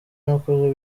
nakoze